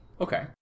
Okay